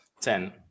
Ten